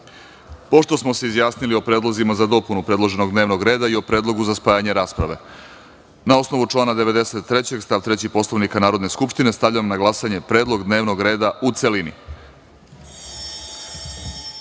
smo se izjasnili o predlozima za dopunu predloženog dnevnog reda i od predlogu za spajanje rasprave, na osnovu člana 93. stav 3. Poslovnika Narodne skupštine, stavljam na glasanje predlog dnevnog reda u celini. Molim